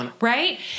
Right